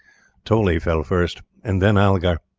toley fell first and then algar.